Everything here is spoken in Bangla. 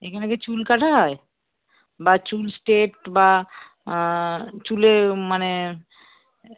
এখানে কি চুল কাঁটা হয় বা চুল স্ট্রেট বা চুলের মানে